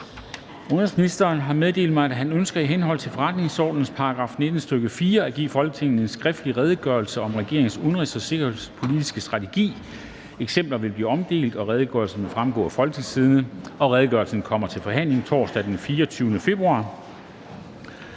Udenrigsministeren har meddelt mig, at han ønsker i henhold til forretningsordenens § 19, stk. 4, at give Folketinget en skriftlig Redegørelse om regeringens udenrigs- og sikkerhedspolitiske strategi. (Redegørelse nr. R 11). Eksemplarer vil blive omdelt, og redegørelsen vil fremgå af www.folketingstidende.dk. Redegørelsen kommer til forhandling torsdag den 24. februar